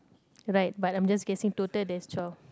right but I'm just guessing total there's twelve